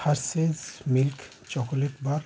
Hershey's milk chocolate bar